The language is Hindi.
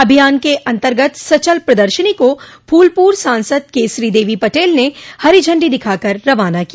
अभियान के अन्तर्गत सचल प्रदर्शनी को फूलपुर सांसद केशरी देवी पटेल ने हरी झण्डी दिखाकर रवाना किया